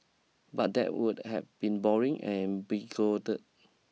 but that would have been boring and bigoted